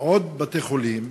עוד בתי-חולים?